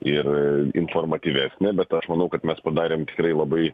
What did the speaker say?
ir informatyvesnė bet aš manau kad mes padarėm tikrai labai